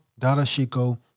Darashiko